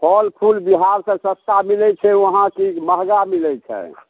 फल फूल बिहारसँ सस्ता मिलै छै वहाँ कि महगा मिलै छै